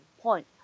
point